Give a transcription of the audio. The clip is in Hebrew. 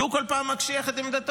כי הוא כל פעם מקשיח את עמדתו.